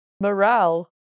morale